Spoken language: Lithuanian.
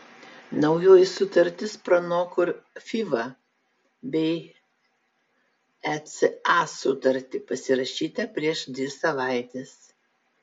naujoji sutartis pranoko ir fifa bei eca sutartį pasirašytą prieš dvi savaites